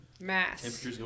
Mass